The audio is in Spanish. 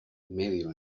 medio